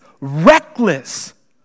reckless